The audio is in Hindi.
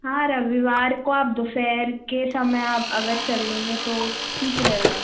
हाँ रविवार को आप दोपहर के समय आप अगर चलेंगे तो ठीक रहेगा